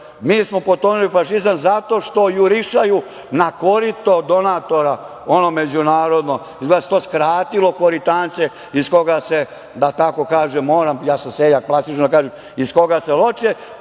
Mi smo potonuli u fašizam zato što jurišaju na korito donatora, ono međunarodno. Izgleda se to skratilo koritance iz koga se, da tako kažem, moram, ja sam seljak, plastično da kažem, iz koga se loče,